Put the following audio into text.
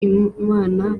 imana